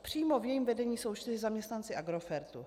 Přímo ve vedení jsou čtyři zaměstnanci Agrofertu.